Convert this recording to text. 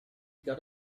got